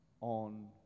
on